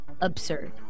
absurd